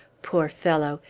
poor fellow!